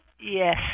Yes